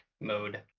mode